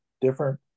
different